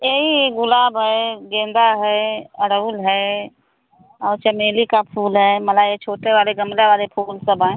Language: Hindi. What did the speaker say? यही गुलाब है गेंदा है गुड़हल है और चमेली का फूल है माला ये छोटे वाले गमले वाले फूल सब हैं